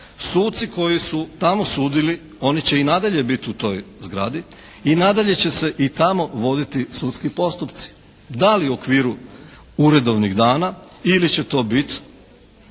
suci koji su tamo sudili oni će i nadalje biti u toj zgradi i nadalje će se i tamo voditi sudski postupci. Da li u okviru uredovnih dana ili će to biti